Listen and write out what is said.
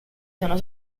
sono